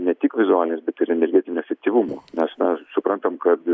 ne tik vizualinis bet ir energetiniu efektyvumu nes na suprantam kad